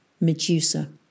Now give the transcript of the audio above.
Medusa